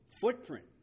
footprint